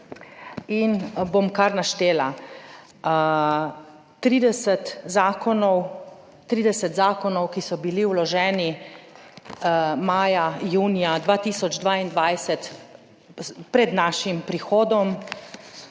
in bom kar naštela, 30 zakonov, ki so bili vloženi maja, junija 2022 pred našim prihodom: